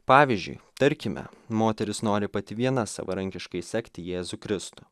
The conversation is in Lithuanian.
pavyzdžiui tarkime moteris nori pati viena savarankiškai sekti jėzų kristų